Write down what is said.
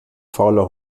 fauler